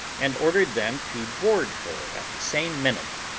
and ordered them to board her at the same minute,